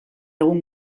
egun